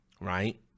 right